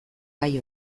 gai